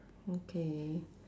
okay